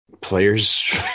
Players